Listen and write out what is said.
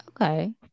Okay